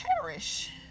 perish